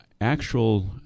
actual